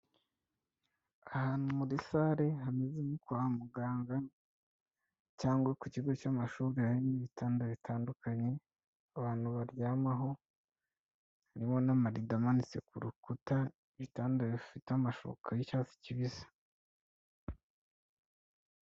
Ahantu muri sale hameze nko kwa muganga cyangwa ku kigo cy'amashu, harimo ibitanda bitandukanye abantu baryamaho, harimo n'amarido amanitse ku rukuta, ibitanda bifite amashuka y'icyatsi kibisi.